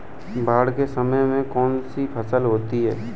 बाढ़ के समय में कौन सी फसल होती है?